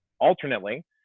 alternately